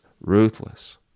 ruthless